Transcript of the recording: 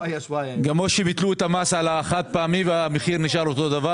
כמו שביטלו את המס על החד פעמי והמחיר נשאר אותו מחיר,